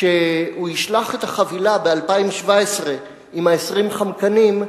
כשהוא ישלח את החבילה ב-2017 עם 20 ה"חמקנים",